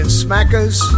smackers